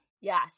Yes